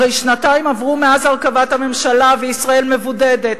הרי שנתיים עברו מאז הרכבת הממשלה וישראל מבודדת,